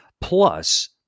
Plus